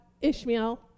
Ishmael